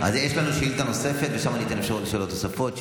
אז יש לנו שאילתה נוספת ושם אני אתן אפשרות לשאלות נוספות,